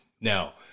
Now